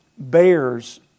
bears